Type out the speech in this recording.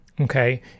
Okay